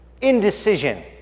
indecision